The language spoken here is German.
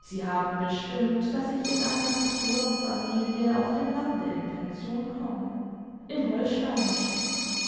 sie haben bestimmt daß ich in eine pastorenfamilie auf dem lande in pension komme im holsteinischen